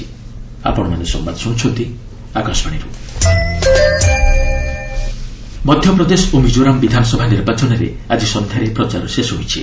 campaigning Madhya Pradesh ଓ ମିଜୋରାମ୍ ବିଧାନସଭା ନିର୍ବାଚନରେ ଆଜି ସନ୍ଧ୍ୟାରେ ପ୍ରଚାର ଶେଷ ହୋଇଛି